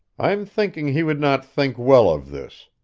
i'm thinking he would not think well of this.